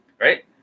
right